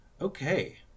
okay